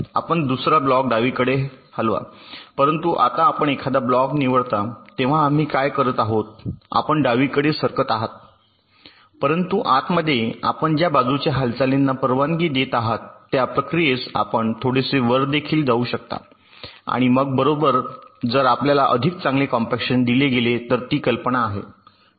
आपण दुसरा ब्लॉक डावीकडे हलवा परंतु आता आपण एखादा ब्लॉक निवडता तेव्हा आम्ही काय म्हणत आहोत आपण डावीकडे सरकत आहात परंतु आतमध्ये आपण ज्या बाजूच्या हालचालींना परवानगी देत आहात त्या प्रक्रियेस आपण थोडेसे वर देखील जाऊ शकता आणि मग बरोबर जर यामुळे आपल्याला अधिक चांगले कॉम्पेक्शन दिले गेले तर ती कल्पना आहे